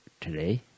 today